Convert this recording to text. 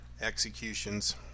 Executions